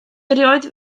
erioed